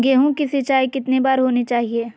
गेहु की सिंचाई कितनी बार होनी चाहिए?